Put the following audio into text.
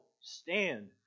stand